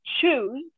choose